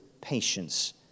patience